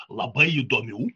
labai įdomių